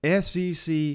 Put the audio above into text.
SEC